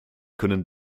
können